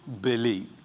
believe